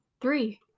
three